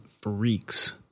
freaks